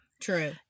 true